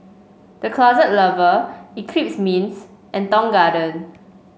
The Closet Lover Eclipse Mints and Tong Garden